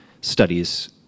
studies